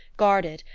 guarded,